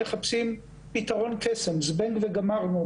מחפשים פיתרון קסם: זבנג וגמרנו,